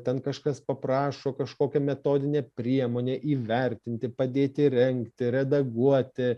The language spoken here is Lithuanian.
ten kažkas paprašo kažkokią metodinę priemonę įvertinti padėti rengti redaguoti